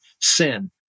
sin